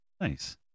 Nice